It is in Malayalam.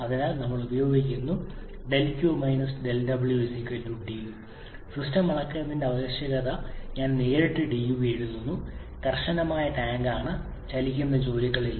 അതിനാൽ ഞങ്ങൾ ഇത് ഉപയോഗിക്കുന്നു 𝛿𝑄 𝛿𝑊 𝑑𝑈 സിസ്റ്റം അളക്കേണ്ടതിന്റെ ആവശ്യകതയായി ഞാൻ നേരിട്ട് dU എഴുതുന്നു കർശനമായ ടാങ്കാണ് ചലിക്കുന്ന അതിർത്തി ജോലികളില്ല